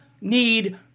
need